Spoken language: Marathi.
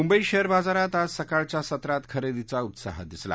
मुंबई शेअर बाजारात आज सकाळच्या सत्रात खरेदीचा उत्साह दिसला